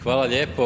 Hvala lijepo.